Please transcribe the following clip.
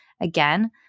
again